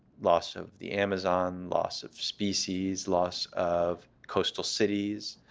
loss of the amazon, loss of species, loss of coastal cities,